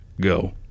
go